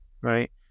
right